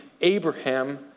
Abraham